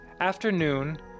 afternoon